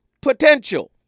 potential